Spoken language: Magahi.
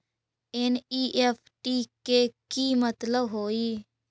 एन.ई.एफ.टी के कि मतलब होइ?